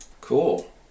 Cool